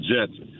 Jets –